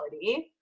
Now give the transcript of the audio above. reality